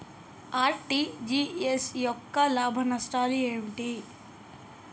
RTGS యొక్క లాభాలు నష్టాలు ఏమిటి?